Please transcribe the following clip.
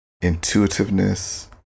intuitiveness